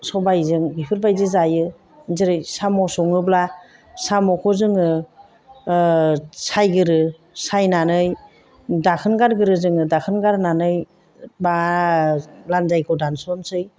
सबायजों बेफोरबायदि जायो जेरै साम' सङोब्ला साम'खौ जोङो सायग्रोयो सायनानै दाखोन गारग्रोयो जोङो दाखोन गारनानै बा लान्जायखौ दानस'नोसै